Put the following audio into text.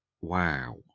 wow